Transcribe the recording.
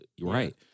right